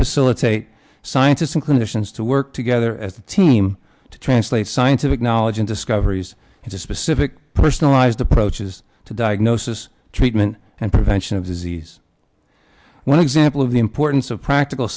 silicate scientists in clinicians to work together at the team to translate scientific knowledge and discoveries into specific personalized approaches to diagnosis treatment and prevention of disease one example of the importance of practical